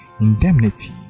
indemnity